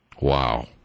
Wow